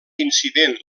incident